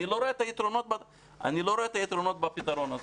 אני לא רואה את היתרונות בפתרון הזה.